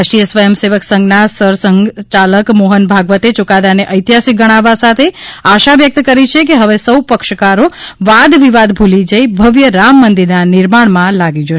રાષ્ટ્રીય સ્વયં સેવક સંઘના સરસંઘચાલક મોહન ભાગવતે યૂકાદાને ઐતિહાસિક ગણાવવા સાથે આશા વ્યક્ત કરી છે કે હવે સૌ પક્ષકારો વાદવિવાદ ભૂલી જઈ ભવ્ય રામમંદિરના નિર્માણમાં લાગી જશે